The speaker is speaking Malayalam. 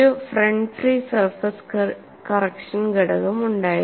ഒരു ഫ്രണ്ട് ഫ്രീ സർഫസ് കറക്ഷൻ ഘടകം ഉണ്ടായിരുന്നു